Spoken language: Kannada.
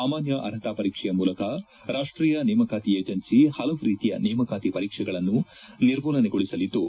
ಸಾಮಾನ್ಯ ಅರ್ಹತಾ ಪರೀಕ್ಷೆಯ ಮೂಲಕ ರಾಷ್ಷೀಯ ನೇಮಕಾತಿ ಏಜೆನ್ನಿ ಹಲವು ರೀತಿಯ ನೇಮಕಾತಿ ಪರೀಕ್ಷೆಗಳನ್ನು ನಿರ್ಮೂಲನೆಗೊಳಿಸಲಿದ್ದು